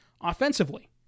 offensively